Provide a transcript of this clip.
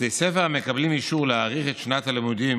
לבתי ספר שמקבלים אישור להאריך את שנת הלימודים